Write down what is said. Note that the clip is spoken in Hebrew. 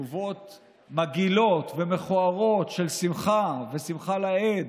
תגובות מגעילות ומכוערות של שמחה ושמחה לאיד,